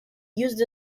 used